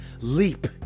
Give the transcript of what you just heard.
leap